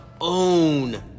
own